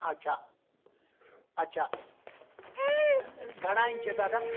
अच्छा अच्छा घणा इंच दादा